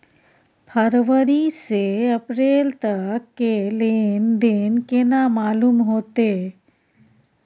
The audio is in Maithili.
फरवरी से अप्रैल तक के लेन देन केना मालूम होते?